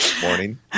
morning